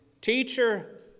Teacher